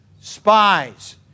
Spies